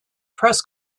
press